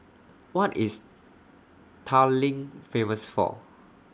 What IS Tallinn Famous For